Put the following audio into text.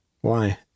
Why